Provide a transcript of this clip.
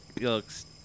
looks